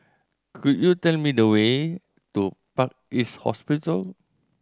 could you tell me the way to Park East Hospital